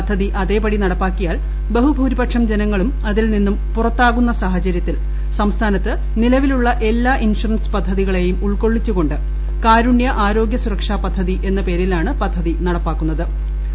പദ്ധതി അതേപടി നടപ്പാക്കിയാൽ ബഹുഭൂരിപക്ഷം ജനങ്ങളും ഇതിൽനിന്നും പുറത്താകുന്ന സാഹചര്യത്തിൽ സംസ്ഥാനത്ത് നിലവിദ്ധൂള്ള എല്ലാ ഇൻഷുറൻസ് പദ്ധതികളെയും ഉൾക്കൊള്ളിച്ചുക്ടൊണ്ട്ട് കാരുണ്യ ആരോഗ്യ സുരക്ഷാ പദ്ധതി എന്ന പേരിലാണ് പ്രദ്ധ്തി നടപ്പാക്കിയത്